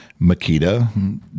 Makita